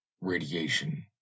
radiation